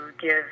give